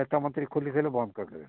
ନେତା ମନ୍ତ୍ରୀ ଖୋଲିଦେଲେ ବନ୍ଦ କରିଦେବେ